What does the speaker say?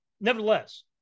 nevertheless